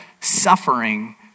suffering